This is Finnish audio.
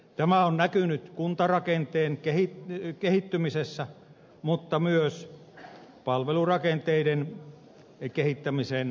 tämä on näkynyt kuntarakenteen kehittymisessä mutta myös palvelurakenteiden kehittämisen käynnistymisessä